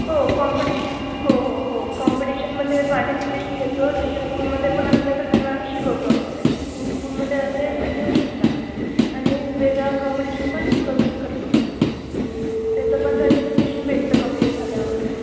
हो कॉम्पिटिश हो हो हो कॉम्पिटिशनमध्ये पार्टिसिपेशन घेतो त्यांच्या स्कूलमध्ये पण असलं तर त्यांना आम्ही शिकवतो की तुम्ही स्कूलमध्ये असेल तर घेऊ शकता आणि वेगळा कॉम्पिटिशन पण करू शक करतो त्याचं पण सर्टिफिकेशन भेटतं कंप्लीट झाल्यावर